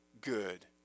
good